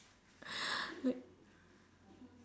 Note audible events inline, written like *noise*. *noise* like